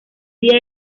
día